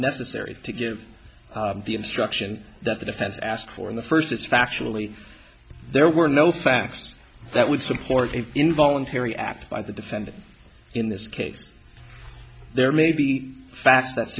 necessary to give the instruction that the defense asked for in the first is factually there were no facts that would support an involuntary act by the defendant in this case there may be facts that